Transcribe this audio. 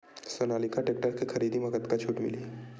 Sonalika tractor के खरीदी मा कतका छूट मीलही?